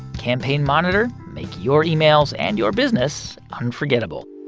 campaign monitor make your emails and your business unforgettable